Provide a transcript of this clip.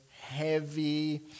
heavy